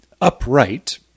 upright